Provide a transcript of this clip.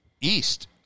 east